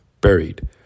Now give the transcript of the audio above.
Buried